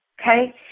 okay